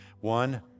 One